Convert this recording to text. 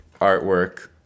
artwork